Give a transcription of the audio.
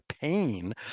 pain